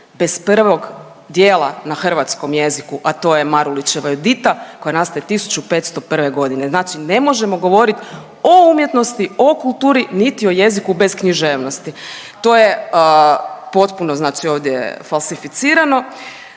bez prvog dijela na hrvatskom jeziku, a to je Marulićeva Judita koja nastaje 1501. godine. Znači ne možemo govorit o umjetnosti, o kulturi niti o jeziku bez književnosti. To je potpuno znači ovdje falsificirano.